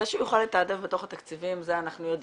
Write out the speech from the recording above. זה שהוא יוכל לתעדף בתוך התקציבים זה אנחנו יודעים.